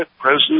President